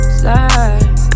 slide